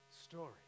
story